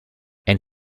and